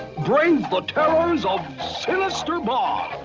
brave the terrors of sinister bog!